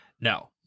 No